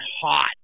hot